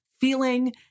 feeling